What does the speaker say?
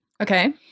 Okay